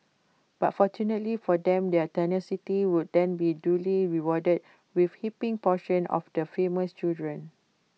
but fortunately for them their tenacity would then be duly rewarded with heaping portions of the famous true dream